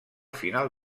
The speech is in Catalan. final